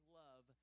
love